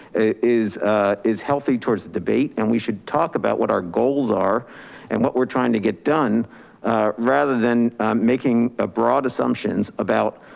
is is healthy towards the debate and we should talk about what our goals are and what we're trying to get done rather than making a broad assumptions about,